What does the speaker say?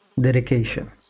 DEDICATION